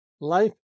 Life